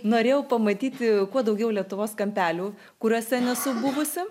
norėjau pamatyti kuo daugiau lietuvos kampelių kuriuose nesu buvusi